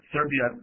Serbia